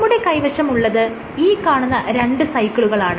നമ്മുടെ കൈവശം ഉള്ളത് ഈ കാണുന്ന രണ്ട് സൈക്കിളുകളാണ്